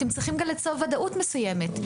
אתם צריכים גם ליצור ודאות מסוימת.